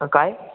काय